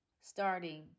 starting